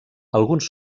alguns